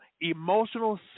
emotional